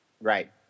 Right